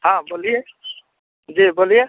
हाँ बोलिए जी बोलिए